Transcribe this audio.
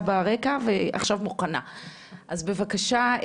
לגלית, בבקשה.